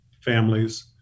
families